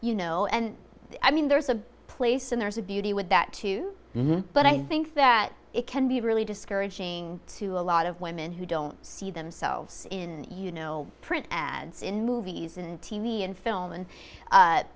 you know and i mean there's a place and there's a beauty with that too but i think that it can be really discouraging to a lot of women who don't see themselves in you know print ads in movies and t v and film and